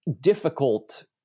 difficult